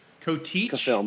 co-teach